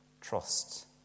Trust